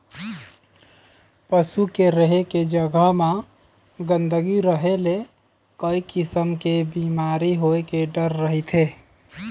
पशु के रहें के जघा म गंदगी रहे ले कइ किसम के बिमारी होए के डर रहिथे